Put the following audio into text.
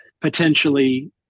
potentially